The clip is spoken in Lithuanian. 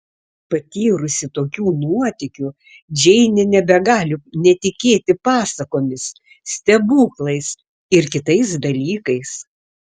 patyrusi tokių nuotykių džeinė nebegali netikėti pasakomis stebuklais ir kitais dalykais